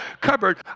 cupboard